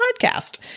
podcast